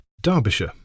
Derbyshire